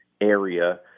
area